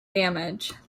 damage